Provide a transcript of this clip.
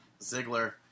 Ziggler